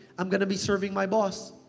i'm gonna be serving my boss.